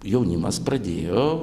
jaunimas pradėjo